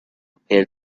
appeared